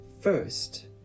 first